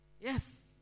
Yes